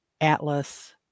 atlas